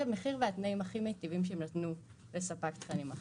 המחיר והתנאים הכי מיטיבים שהם נתנו לספק תכנים אחר.